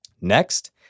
Next